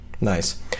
nice